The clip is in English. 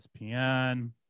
ESPN